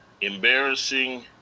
embarrassing